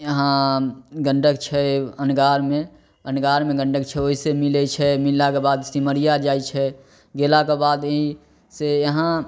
इहाँ गण्डक छै अनगारमे अनगारमे गण्डक छै ओहिसे मिलै छै मिललाके बाद सिमरिया जाइ छै गेलाकऽ बाद ई से यहाँ